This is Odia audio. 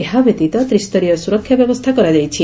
ଏହା ବ୍ୟତୀତ ତ୍ରିସ୍ତରୀୟ ସ୍ରରକ୍ଷା ବ୍ୟବସ୍ତା କରାଯାଇଛି